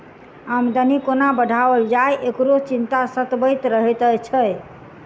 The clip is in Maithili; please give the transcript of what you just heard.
आमदनी कोना बढ़ाओल जाय, एकरो चिंता सतबैत रहैत छै